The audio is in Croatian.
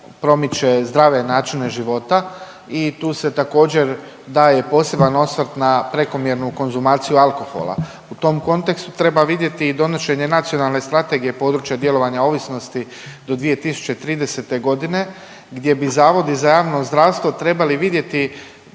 promiče zdrave načine života i tu se također, daje poseban osvrt na prekomjernu konzumaciju alkohola. U tom kontekstu treba vidjeti i donošenje nacionalne strategije područja djelovanja ovisnosti do 2030. g. gdje bi zavodi za javno zdravstvo trebali vidjeti